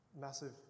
Massive